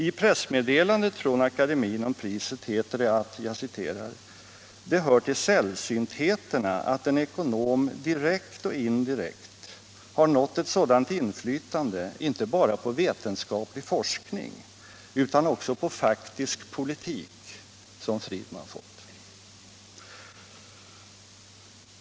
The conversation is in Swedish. I pressmeddelandet från akademien om priset heter det att ”det hör till sällsyntheterna att en ekonom direkt och indirekt har nått ett sådant inflytande inte bara på vetenskaplig forskning utan också på faktisk politik som Friedman fått”.